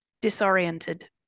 Disoriented